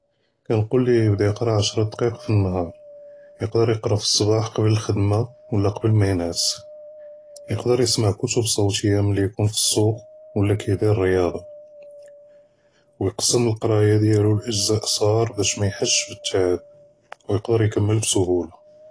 הָאֲנִי קַנְגוּל לִיה יִבְּדָּא יִקְּרָא עַשְׂרָה דַּקַאִיק פִּי אֶלְנְהַאר, יִקְדַּר פִּי אֶלְצַּבַּאח קַבְּל אֶלְחְ'דְמָה וְלָא קַבְּל מָא יִנְעַס, יִקְדַּר יִסְמַע כְּתוּב צַוְתִיָּה מִלִּי יְקוּן פִּי אֶלְסוּק וְלָא כַּיְּדִיר רִיַאדָה, וִיַקְסֶם לִקְּרַאיָה דְּיַאלוּ לְאַגְזַא צְּעַאר בַּאשׁ מָא יְחַסְּשׁ בִּיתְתַּעַב וִיַקְדַּר יִכְּמֶּל בִּסְהוּלָה.